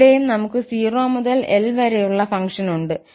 ഇവിടെയും നമുക്ക് 0 മുതൽ 𝐿 വരെയുള്ള ഫംഗ്ഷൻ ഉണ്ട്